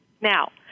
Now